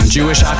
Jewish